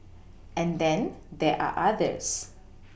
and then there are others